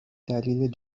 دلیل